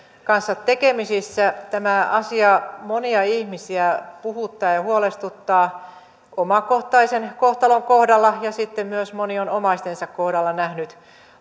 kanssa tekemisissä tämä asia monia ihmisiä puhuttaa ja huolestuttaa omakohtaisen kohtalon kohdalla ja sitten myös moni on omaistensa kohdalla nähnyt